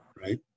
right